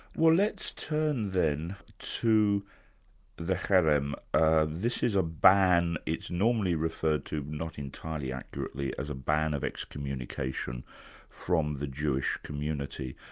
well let's turn then to the cherem. ah this is a ban it's normally referred to, not entirely accurately, as a ban of excommunication from the jewish community.